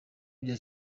bya